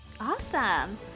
Awesome